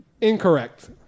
Incorrect